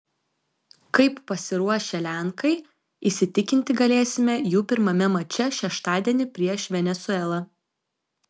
kaip pasiruošę lenkai įsitikinti galėsime jų pirmame mače šeštadienį prieš venesuelą